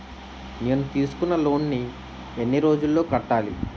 నేను తీసుకున్న లోన్ నీ ఎన్ని రోజుల్లో కట్టాలి?